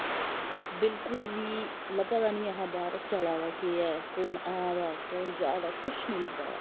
बिल्कुल बी लब्भा दा दा निं हा बाहर चला दा केह् ऐ कु'न आ दा कु'न जा दा कुछ निं लब्भा दा हा